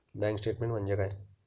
Bank statement म्हणजे काय?